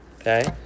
okay